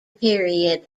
period